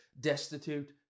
destitute